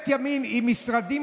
אני מצטרף